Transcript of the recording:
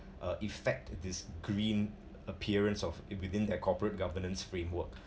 uh effect this green appearance of it within their corporate governance framework